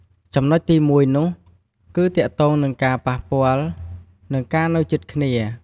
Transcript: ចំណុចទីមួយនោះ គឺទាក់ទងនឹងការប៉ះពាល់ និងការនៅជិតគ្នា។